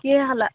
কিহেৰে খালা